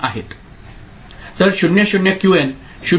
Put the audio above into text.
तर 0 0 क्यूएन 0 1 0 1 0 1